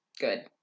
Good